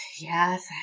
Yes